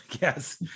yes